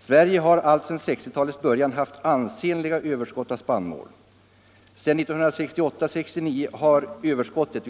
Sverige har alltsedan — damål 1960-talets början haft ansenliga överskott av spannmål. Sedan 1968 70 och högst 1